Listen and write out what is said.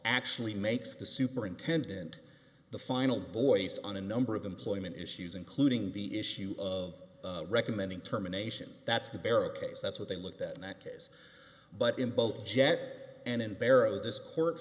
actually makes the superintendent the final voice on a number of employment issues including the issue of recommending terminations that's the barricades that's what they looked at in that case but in both jet and in barrow this